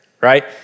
right